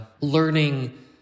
learning